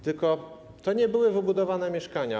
Tylko to nie były wybudowane mieszkania.